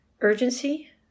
urgency